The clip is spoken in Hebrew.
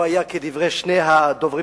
כדברי שני הדוברים הראשונים,